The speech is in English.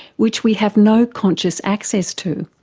which we have no conscious access to.